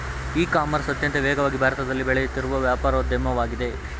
E commerce ಅತ್ಯಂತ ವೇಗವಾಗಿ ಭಾರತದಲ್ಲಿ ಬೆಳೆಯುತ್ತಿರುವ ವ್ಯಾಪಾರೋದ್ಯಮವಾಗಿದೆ